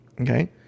Okay